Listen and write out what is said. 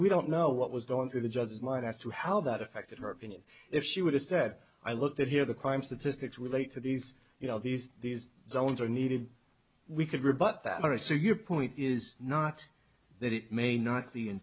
we don't know what was going through the judge's mind as to how that affected her opinion if she would have said i looked at here the crime statistics relate to these you know these these zones are needed we could rebut that or so your point is not that it may not be